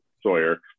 Sawyer